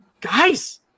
guys